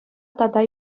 тата